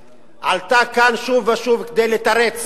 שעלתה כאן שוב ושוב כדי לתרץ